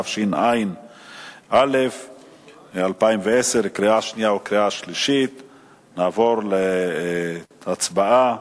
התשע"א 2010. נעבור להצבעה.